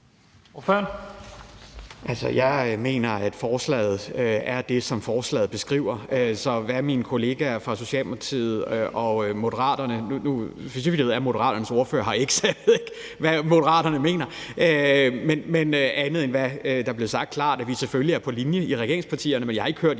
Jeg mener, at forslaget er det, som forslaget beskriver. Så vidt jeg ved, er Moderaternes ordfører her ikke, så jeg ved ikke, hvad Moderaterne mener, andet end hvad der blev sagt klart, altså at vi selvfølgelig er på linje i regeringspartierne, men jeg har ikke hørt